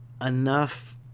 enough